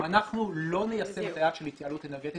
אם אנחנו לא ניישם את היעד של התייעלות אנרגטית,